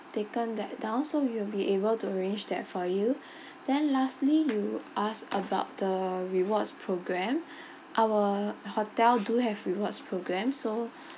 taken that down so we will be able to arrange that for you then lastly you ask about the rewards programme our hotel do have rewards programmes so